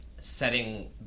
setting